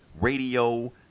radio